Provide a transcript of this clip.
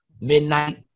midnight